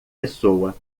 pessoa